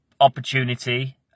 opportunity